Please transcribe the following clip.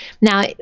Now